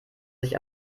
sich